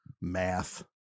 Math